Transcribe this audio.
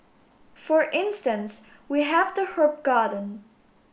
for instance we have the herb garden